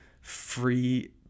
free